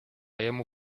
jemu